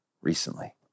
recently